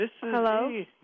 Hello